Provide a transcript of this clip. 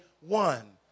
one